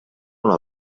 una